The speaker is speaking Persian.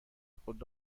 خود